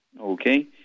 Okay